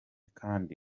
kandi